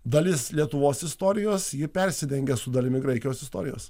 dalis lietuvos istorijos ji persidengia su dalimi graikijos istorijos